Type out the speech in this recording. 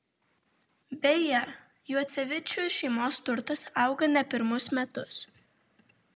beje juocevičių šeimos turtas auga ne pirmus metus